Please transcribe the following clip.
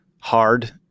hard